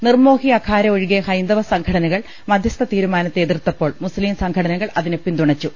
നിർമോഹി അഖാര ഒഴികെ ഹൈന്ദവ സംഘടനകൾ മധ്യസ്ഥ തീരുമാനത്തെ എതിർത്തപ്പോൾ മുസ്സീം സംഘടനകൾ അതിനെ പിന്തു ണച്ചു